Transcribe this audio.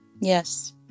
Yes